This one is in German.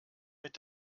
mit